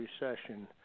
recession